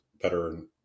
better